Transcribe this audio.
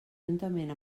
juntament